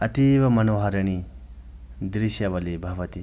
अतीव मनोहारिणी दृश्यावली भवति